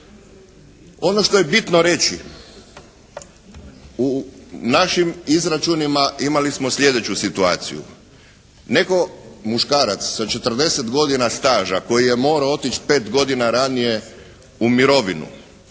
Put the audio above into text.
Ono što je bitno reći u našim izračunima imali smo sljedeću situaciju. Netko, muškarac sa 40 godina staža koji je morao otići 5 godina ranije u mirovinu